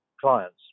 clients